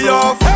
off